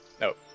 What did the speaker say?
No